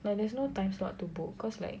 like there's no time slot to book cause like